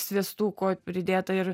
sviestuko pridėta ir